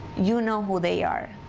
you know who they are.